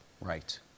Right